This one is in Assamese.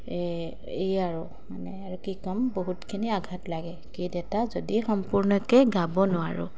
এই এই আৰু মানে আৰু কি ক'ম বহুতখিনি আঘাত লাগে গীত এটা যদি সম্পূৰ্ণকৈ গাব নোৱাৰোঁ